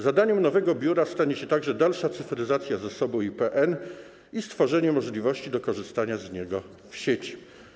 Zadaniem nowego biura stanie się także dalsza cyfryzacja zasobu IPN i stworzenie możliwości do korzystania z niego w sieci.